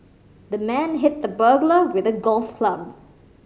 the man hit the burglar with a golf club